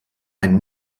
ein